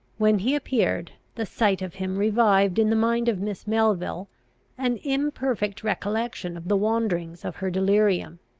when he appeared, the sight of him revived in the mind of miss melville an imperfect recollection of the wanderings of her delirium.